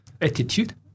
Attitude